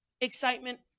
excitement